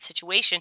situation